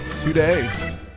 today